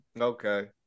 Okay